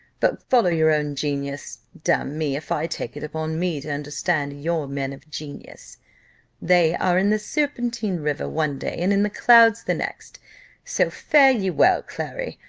but follow your own genius damn me, if i take it upon me to understand your men of genius they are in the serpentine river one day, and in the clouds the next so fare ye well, clary.